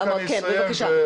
כן, בבקשה.